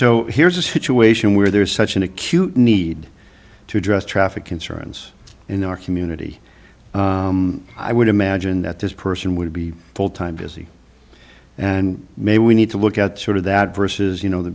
so here's a situation where there is such an acute need to address traffic concerns in our community i would imagine that this person would be full time busy and maybe we need to look at sort of that versus you know the